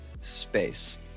space